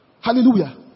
Hallelujah